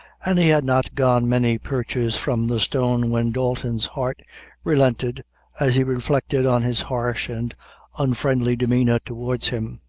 and he had not gone many perches from the stone, when dalton's heart relented as he reflected on his harsh and unfriendly demeanor towards him.